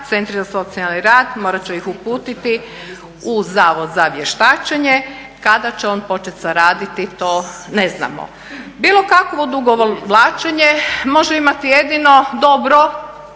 centri za socijalni rad morati će ih uputiti u Zavod za vještačenje, kada će on početi raditi to ne znamo. Bilo kakvo odugovlačenje može imati jedino dobro